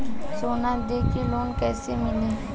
सोना दे के लोन कैसे मिली?